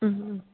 उम उम